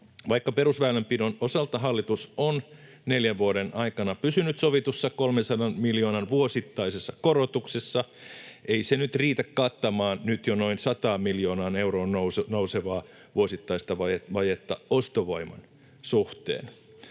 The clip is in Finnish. Vaikka perusväylänpidon osalta hallitus on neljän vuoden aikana pysynyt sovitussa 300 miljoonan vuosittaisessa korotuksessa, ei se nyt riitä kattamaan nyt jo noin 100 miljoonaan euroon nousevaa vuosittaista vajetta ostovoiman suhteen.